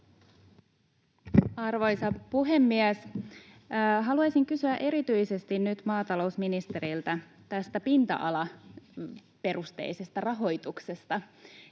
Arvoisa puhemies! Haluaisin kysyä erityisesti nyt maatalousministeriltä tästä pinta-alaperusteisesta rahoituksesta